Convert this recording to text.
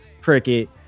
cricket